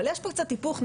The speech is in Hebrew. אבל יש פה קצת היפוך נטל,